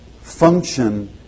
function